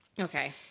Okay